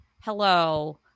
hello